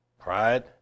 Pride